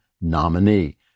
nominee